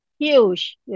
huge